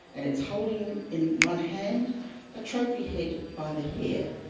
and its holding in one hand a trophy head by the hair.